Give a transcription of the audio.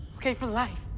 ok? for life.